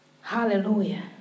Hallelujah